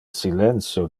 silentio